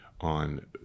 on